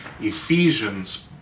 Ephesians